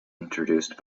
introduced